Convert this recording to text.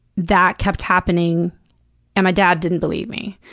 that kept happening and my dad didn't believe me.